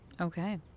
Okay